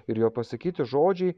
ir jo pasakyti žodžiai